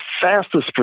fastest